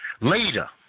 later